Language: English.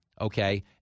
Okay